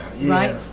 right